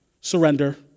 surrender